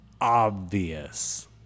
obvious